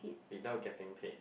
without getting paid